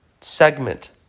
segment